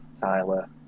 tyler